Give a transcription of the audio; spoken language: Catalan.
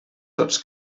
tots